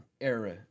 era